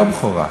לא בכורה.